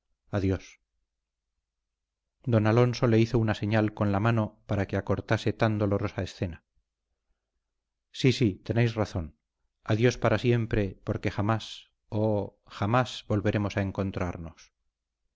adiós don alonso le hizo una señal con la mano para que acortase tan dolorosa escena sí sí tenéis razón adiós para siempre porque jamás oh jamás volveremos a encontrarnos